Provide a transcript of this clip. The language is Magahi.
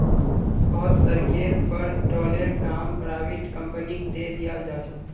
बहुत सड़केर पर टोलेर काम पराइविट कंपनिक दे दियाल जा छे